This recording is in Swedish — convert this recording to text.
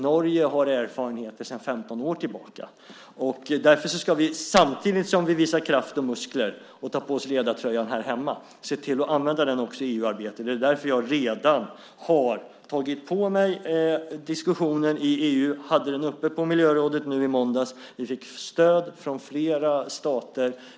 Norge har erfarenheter sedan 15 år tillbaka. Därför ska vi samtidigt som vi visar kraft och muskler och tar på oss ledartröjan här hemma se till att använda den också i EU-arbetet. Det är därför jag redan har tagit på mig diskussionen i EU. Jag hade den uppe på miljörådet nu i måndags. Vi fick stöd från flera stater.